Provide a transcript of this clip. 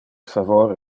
favor